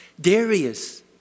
Darius